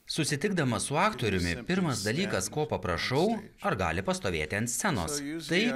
susitikdamas su aktoriumi pirmas dalykas ko paprašau ar gali pastovėti ant scenos tai